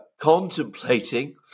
contemplating